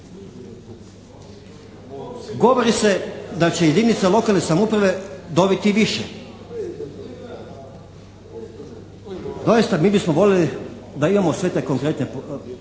Govori se da će jedinice lokalne samouprave dobiti više. Doista, mi bismo voljeli da imamo sve te konkretne